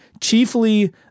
chiefly